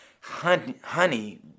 Honey